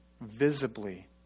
visibly